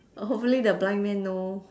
hopefully the blind man know